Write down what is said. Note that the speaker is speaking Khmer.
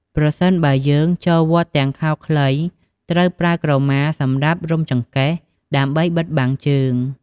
ប្រសិនបើយើងចូលវត្តទាំងខោខ្លី ត្រួវប្រើក្រមាសម្រាប់រុំចង្កេះ ដើម្បីបិទបាំងជើង។